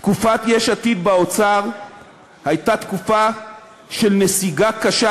תקופת יש עתיד באוצר הייתה תקופה של נסיגה קשה,